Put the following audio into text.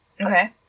Okay